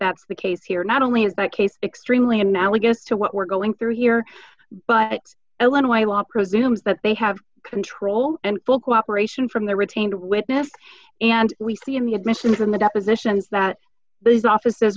that's the case here not only is that case extremely analogous to what we're going through here but illinois law presumes that they have control and full cooperation from the retained witness and we see in the admission from the depositions that these office